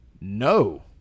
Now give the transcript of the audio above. no